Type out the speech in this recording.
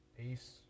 Peace